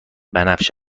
بنفش